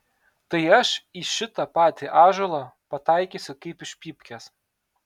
tai aš į šitą patį ąžuolą pataikysiu kaip iš pypkės